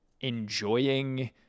enjoying